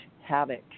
havoc